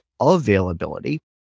availability